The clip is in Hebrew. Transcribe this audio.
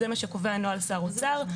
זה מה שקובע נוהל שר האוצר.